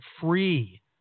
free